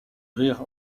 rire